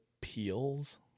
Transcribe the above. peels